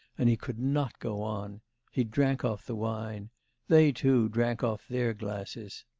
and he could not go on he drank off the wine they, too, drank off their glasses.